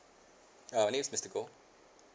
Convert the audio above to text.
uh my name is mister goh